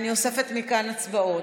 אני נגד.